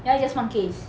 ya it's just one case